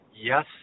Yes